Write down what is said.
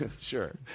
Sure